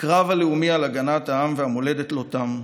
הקרב הלאומי על הגנת העם והמולדת לא תם.